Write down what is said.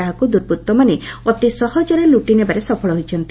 ଯାହାକୁ ଦୁର୍ବୁଉମାନେ ଅତି ସହଜରେ ଲୁଟି ନେବାରେ ସଫଳ ହୋଇଛନ୍ତି